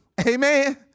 Amen